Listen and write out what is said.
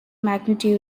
magnitude